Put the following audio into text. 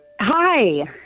Hi